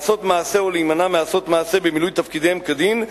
לעשות מעשה או להימנע מעשות מעשה במילוי תפקידיהם כדין,